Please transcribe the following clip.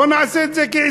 בואו ונעשה את זה כעסקה.